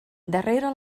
darrere